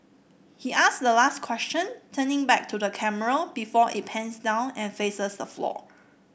he ask the last question turning back to the camera before it pans down and faces the floor